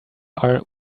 are